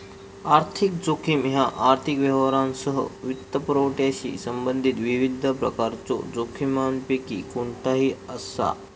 आर्थिक जोखीम ह्या आर्थिक व्यवहारांसह वित्तपुरवठ्याशी संबंधित विविध प्रकारच्यो जोखमींपैकी कोणताही असा